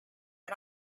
and